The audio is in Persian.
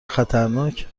خطرناک